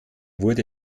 wurde